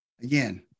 Again